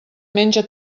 menja